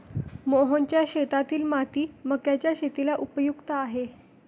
मोहनच्या शेतातील माती मक्याच्या शेतीला उपयुक्त आहे